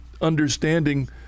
understanding